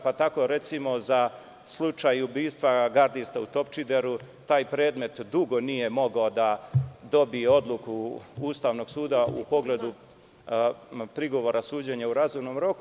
Pa, tako recimo za slučaj ubistva gardista u Topčideru, taj predmet dugo nije mogao da dobije odluku Ustavnog suda u pogledu prigovora suđenja u razumnom roku.